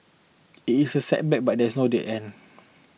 it is a setback but there is no dead end